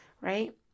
Right